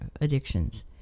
addictions